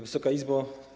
Wysoka Izbo!